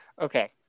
Okay